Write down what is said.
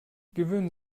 gewöhnen